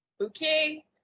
Okay